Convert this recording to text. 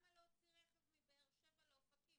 למה להוציא רכב מבאר שבע לאופקים?